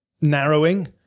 narrowing